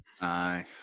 Aye